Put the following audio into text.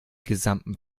gesamten